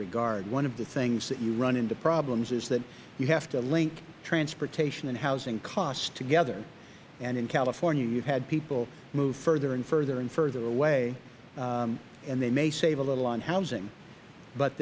regard one of the things that you run into problems is that you have to link transportation and housing costs together in california you had people move further and further and further away they may save a little on housing but